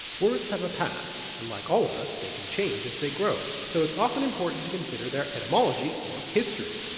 words have a past, and like all of us they can change as they grow so it's often important to consider their etymology, or history.